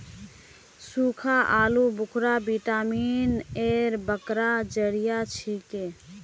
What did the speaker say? सुक्खा आलू बुखारा विटामिन एर बड़का जरिया छिके